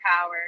power